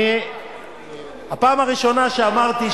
הפעם הראשונה שאמרתי,